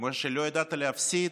וכיוון שלא ידעת להפסיד,